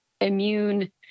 immune